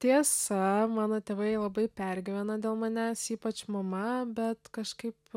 tiesa mano tėvai labai pergyvena dėl manęs ypač mama bet kažkaip